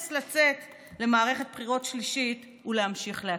לצאת למערכת בחירות שלישית ולהמשיך להקפיא.